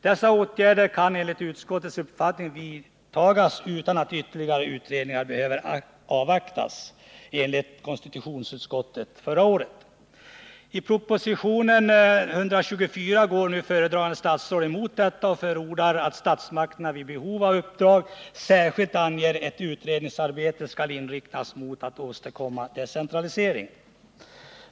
Dessa åtgärder kan enligt utskottets uppfattning vidtagas utan att ytterligare utredningar behöver avvaktas.” I proposition 1979/80:124 går föredragande statsråd emot detta och förordar att statsmakterna vid behov i uppdragen särskilt anger att utredningsarbetet skall inriktas mot att åstadkomma decentralisering.